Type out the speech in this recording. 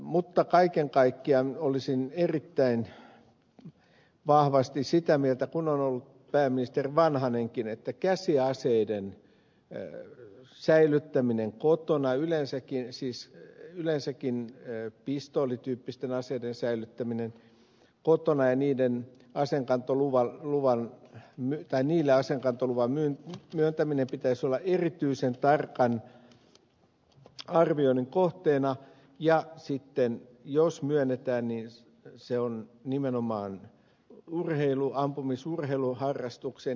mutta kaiken kaikkiaan olisin erittäin vahvasti sitä mieltä kuin on ollut pääministeri vanhanenkin että käsiaseiden säilyttämisen kotona yleensäkin pistoolityyppisten aseiden säilyttämisen kotona ja niille aseenkantoluvan myöntämisen pitäisi olla erityisen tarkan arvioinnin kohteena ja sitten jos myönnetään niin nimenomaan ampumaurheiluharrastukseen